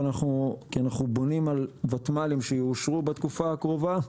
כי אנחנו בונים על ותמ"לים שיאושרו בתקופה הקרובה,